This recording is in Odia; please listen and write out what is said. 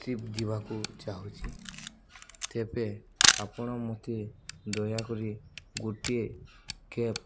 ଟ୍ରିପ୍ ଯିବାକୁ ଚାହୁଁଛି ତେବେ ଆପଣ ମୋତେ ଦୟାକରି ଗୋଟିଏ କ୍ୟାବ୍